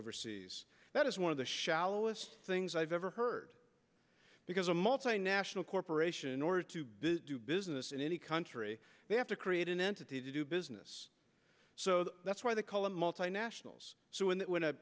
overseas that is one of the shallowest things i've ever heard because a multinational corporation or to do business in any country they have to create an entity to do business so that's why they call in multinationals so when